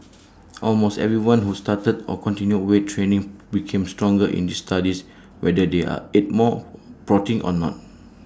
almost everyone who started or continued weight training became stronger in these studies whether they ate more protein or not